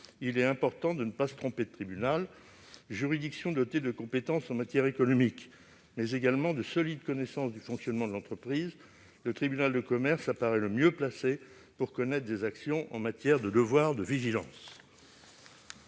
il est important de ne pas se tromper de tribunal. Juridiction dotée de compétences en matière économique, mais également de solides connaissances du fonctionnement de l'entreprise, le tribunal de commerce apparaît le mieux placé pour connaître des actions en matière de devoir de vigilance.